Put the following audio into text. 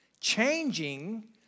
changing